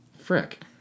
Frick